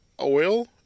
oil